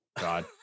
God